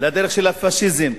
לדרך של הפאשיזם.